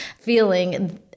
feeling